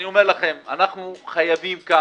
אני אומר לכם: אנחנו חייבים לכם.